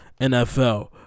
NFL